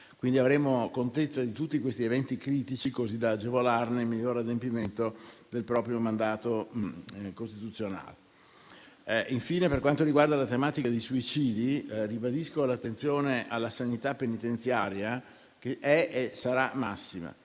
Quindi, avremo contezza di tutti gli eventi critici, così da agevolare il miglior adempimento del proprio mandato costituzionale. Infine, per quanto riguarda la tematica dei suicidi, ribadisco l'attenzione alla sanità penitenziaria, che è e sarà massima,